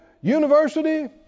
university